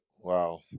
wow